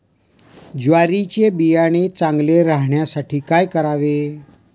ज्वारीचे बियाणे चांगले राहण्यासाठी काय करावे?